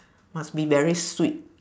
must be very sweet